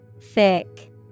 Thick